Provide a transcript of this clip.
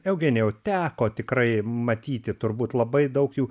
eugenijau teko tikrai matyti turbūt labai daug jų